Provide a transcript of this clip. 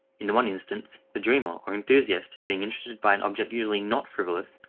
in the one instance, the dreamer, or enthusiast, being interested by an object usually not frivolous,